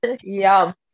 Yum